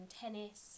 tennis